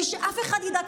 בלי שאף אחד ידע,